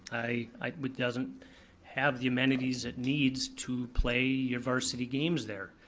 i mean doesn't have the amenities it needs to play varsity games there.